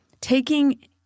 taking